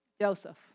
Joseph